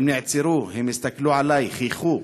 הם נעצרו, הם הסתכלו עלי, חייכו,